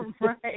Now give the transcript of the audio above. Right